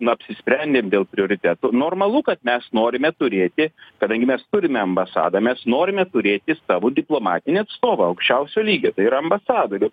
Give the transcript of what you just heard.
na apsisprendėm dėl prioritetų normalu kad mes norime turėti kadangi mes turime ambasadą mes norime turėti savo diplomatinį atstovą aukščiausio lygio tai yra ambasadorių